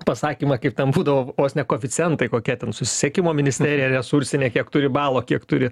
pasakymą kaip ten būdavo vos ne koeficientai kokie ten susisiekimo ministerija resursinė kiek turi balo kiek turi